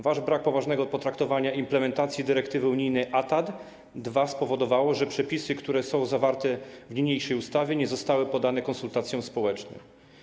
Wasz brak poważnego potraktowania implementacji dyrektywy unijnej ATAD 2 spowodował, że przepisy, które są zawarte w niniejszej ustawie, nie zostały poddane konsultacjom społecznym.